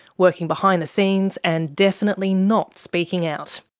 working behind the scenes and definitely not speaking out.